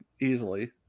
easily